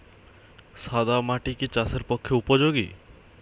সাদা মাটি কি চাষের পক্ষে উপযোগী?